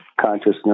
consciousness